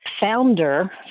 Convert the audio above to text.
founder